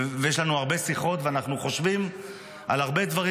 ויש לנו הרבה שיחות ואנחנו חושבים על הרבה דברים.